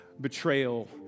betrayal